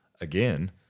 again